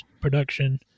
production